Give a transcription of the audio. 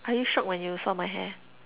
are you shock when you saw my hair